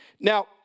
Now